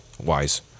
wise